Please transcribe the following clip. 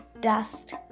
dust